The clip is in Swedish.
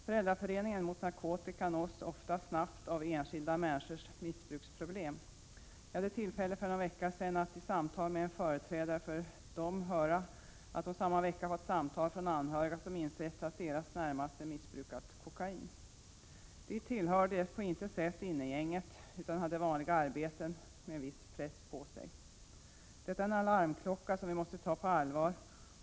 Föräldraföreningen mot narkotika nås ofta snabbt av enskilda människors missbruksproblem. För någon vecka sedan hade jag ett samtal med en företrädare för föreningen som sade att hon samma vecka fått samtal från anhöriga som insett att deras närmaste missbrukar kokain. De tillhörde på intet sätt innegänget utan hade vanliga arbeten med viss press på sig. Detta är ett larm som vi måste ta på allvar.